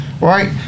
right